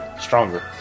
stronger